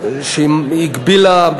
היא הגבילה,